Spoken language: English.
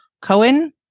Cohen